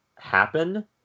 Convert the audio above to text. happen